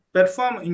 Perform